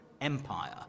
empire